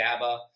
GABA